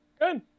Good